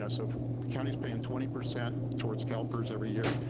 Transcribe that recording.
you know so the county's paying twenty percent towards calpers every year.